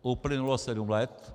Uplynulo sedm let.